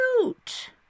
cute